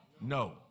no